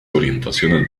orientaciones